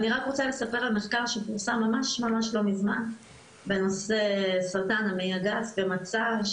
אני רק רוצה לספר על מחקר שפורסם ממש לא מזמן בנושא סרטן המעי הגס מחקר